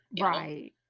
Right